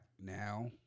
now